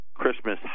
christmas